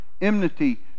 enmity